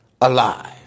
alive